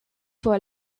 for